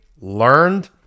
learned